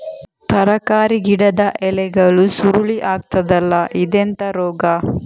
ತರಕಾರಿ ಗಿಡದ ಎಲೆಗಳು ಸುರುಳಿ ಆಗ್ತದಲ್ಲ, ಇದೆಂತ ರೋಗ?